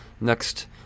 next